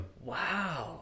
Wow